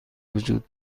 وجود